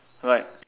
right